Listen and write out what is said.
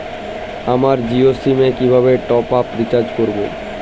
আমার জিও সিম এ কিভাবে টপ আপ রিচার্জ করবো?